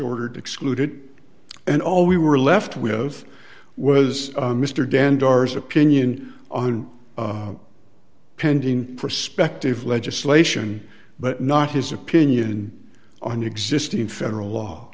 ordered excluded and all we were left with was mr dan dars opinion on pending prospective legislation but not his opinion on existing federal law